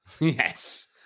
Yes